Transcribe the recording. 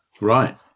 Right